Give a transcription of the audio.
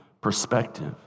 perspective